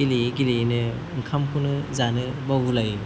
गेलेयै गेलेयैनो ओंखामखौनो जानो बावगुलायो